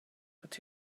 but